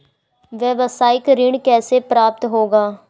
व्यावसायिक ऋण कैसे प्राप्त होगा?